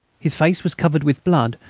his face was covered with blood.